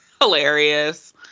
hilarious